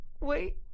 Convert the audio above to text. wait